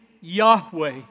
Yahweh